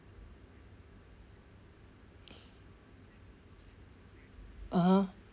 (uh huh)